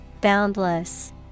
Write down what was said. Boundless